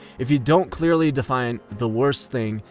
if you don't clearly define the worst thing,